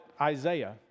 Isaiah